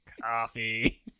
Coffee